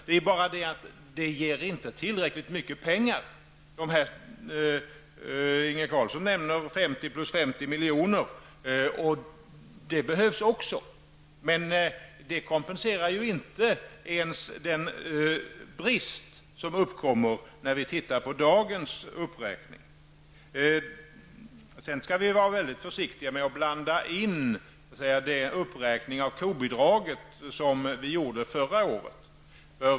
Men dessa stöd ger inte tillräckligt mycket pengar. Inge Carlsson nämner 50 miljoner plus 50 miljoner, och det behövs också. Men det kompenserar ju inte ens den brist som uppkommer i samband med dagens uppräkning. Vi skall vidare vara väldigt försiktiga med att blanda in den uppräkning av kobidraget som vi gjorde förra året.